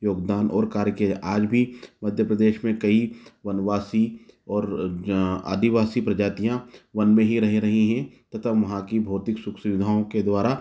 योगदान और कार्य किए आज भी मध्य प्रदेश में कई वनवासी और आदिवासी प्रजातियाँ वन में ही रह रही है तथा वहाँ की भौतिक सुख सुविधाओं के द्वारा